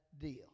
deal